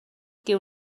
que